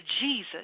Jesus